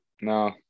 No